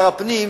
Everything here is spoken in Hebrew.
לשר הפנים